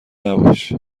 نباش